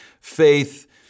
faith